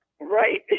Right